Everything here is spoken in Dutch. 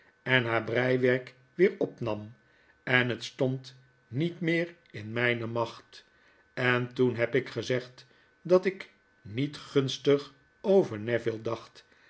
en haar breiwerk weer opnam en het stond niet meer in mijne macht en toen heb ik gezegd dat ik nietgunstig over neville dacht